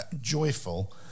joyful